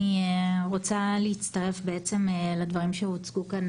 אני רוצה להצטרף לדברים שהוצגו כאן,